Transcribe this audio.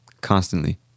constantly